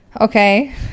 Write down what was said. Okay